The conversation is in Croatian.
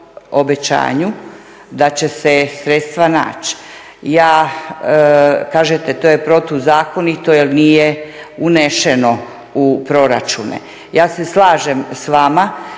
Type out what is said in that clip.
da će se sredstva naći. Kažete to je protuzakonito jer nije uneseno u proračune. Ja se slažem s vama